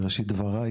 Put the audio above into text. בראשית דבריי